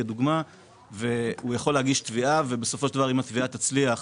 הוא יכול להגיש תביעה ואם היא תצליח,